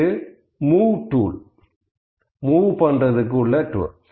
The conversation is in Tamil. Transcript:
இது மூவ டூல்